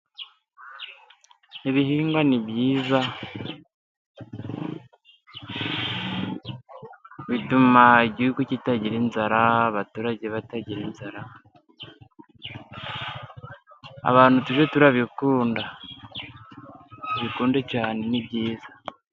Ibihingwa ni byiza ,bituma igihugu kitagira inzara, abaturage batagira inzara. Abantu tujye turabikumda . Tubikunde cyane ni byiza.